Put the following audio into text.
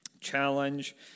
challenge